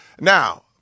Now